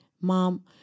mom